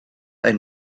einen